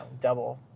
double